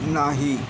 नाही